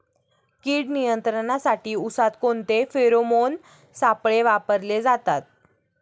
कीड नियंत्रणासाठी उसात कोणते फेरोमोन सापळे वापरले जातात?